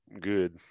good